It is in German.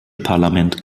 parlament